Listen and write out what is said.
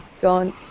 gone